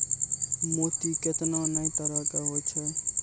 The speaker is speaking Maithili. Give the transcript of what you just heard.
मोती केतना नै तरहो के होय छै